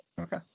okay